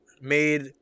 made